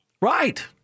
right